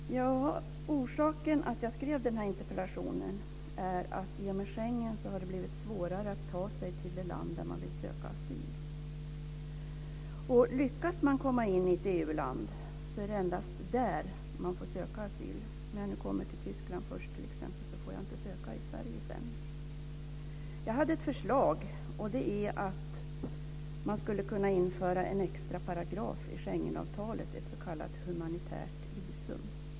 Fru talman! Orsaken till att jag skrev den här interpellationen var att det i och med Schengenavtalet har blivit svårare att ta sig till det land där man vill söka asyl. Och om man lyckas komma in i ett EU land är det endast där man får söka asyl. Om jag t.ex. kommer till Tyskland först får jag inte söka i Sverige sedan. Jag hade ett förslag, och det var att man skulle kunna införa en extra paragraf i Schengenavtalet, ett s.k. humanitärt visum.